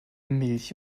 milch